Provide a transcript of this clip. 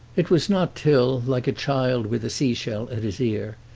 it was not till, like a child with a sea-shell at his ear,